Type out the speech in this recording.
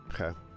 okay